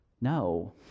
No